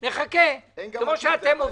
נחכה, כפי שאתם עובדים.